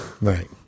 Right